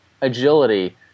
agility